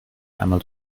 einmal